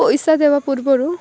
ପଇସା ଦେବା ପୂର୍ବରୁ